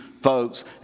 folks